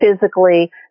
physically